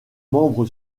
membre